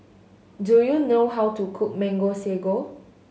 do you know how to cook Mango Sago